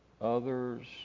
others